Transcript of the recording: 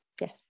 yes